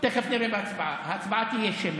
תכף נראה בהצבעה, ההצבעה תהיה שמית.